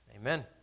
amen